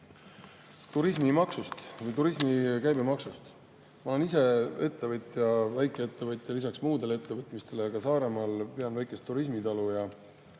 turismimaksust või turismi käibemaksust. Ma olen ise ettevõtja, väikeettevõtja, lisaks muudele ettevõtmistele pean Saaremaal väikest turismitalu.